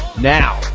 Now